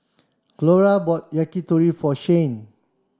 Clora bought Yakitori for Shayne